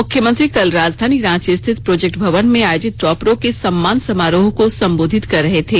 मुख्यमंत्री कल राजधानी रांची स्थित प्रोजेक्ट भवन में आयोजित टॉपरों के सम्मान समारोह को संबोधित कर रहे थे